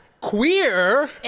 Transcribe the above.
queer